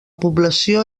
població